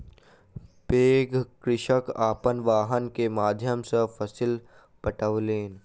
पैघ कृषक अपन वाहन के माध्यम सॅ फसिल पठौलैन